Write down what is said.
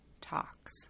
talks